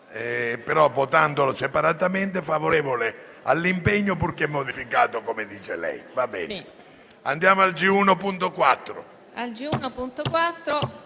ma, votandolo separatamente, favorevole all'impegno, purché modificato come dice lei. Andiamo al G1.4.